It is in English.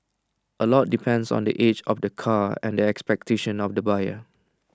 A lot depends on the age of the car and the expectations of the buyer